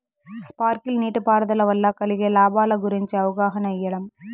Sprinkle నీటిపారుదల వల్ల కలిగే లాభాల గురించి అవగాహన ఇయ్యడం?